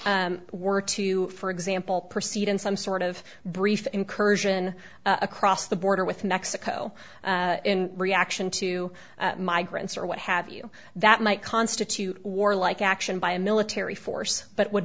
were to for example proceed in some sort of brief incursion across the border with mexico in reaction to migrants or what have you that might constitute warlike action by a military force but would